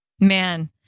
Man